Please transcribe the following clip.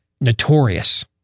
notorious